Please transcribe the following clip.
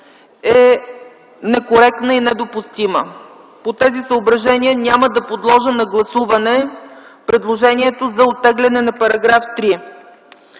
е некоректна и недопустима. По тези съображения няма да подложа на гласуване предложението за оттегляне на § 3.